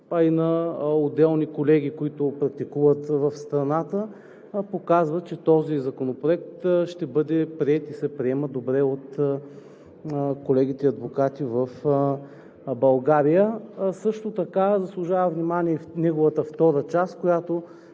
а и на отделни колеги, които практикуват в страната, показва, че този законопроект ще бъде приет и се приема добре от колегите адвокати в България. Заслужава внимание и неговата втора част, която